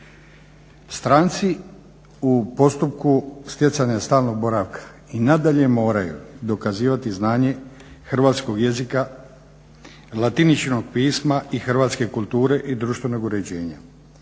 Stranci u postupku stjecanja stalnog boravka i nadalje moraju dokazivati znanje hrvatskog jezika, latiničnog pisma i hrvatske kulture i društvenog uređenja,